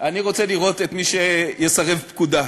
אני רוצה לראות את מי שיסרב פקודה.